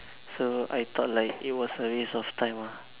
so I thought like it was a waste of time ah